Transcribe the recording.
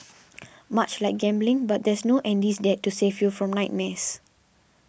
much like gambling but there's no Andy's Dad to save you from nightmares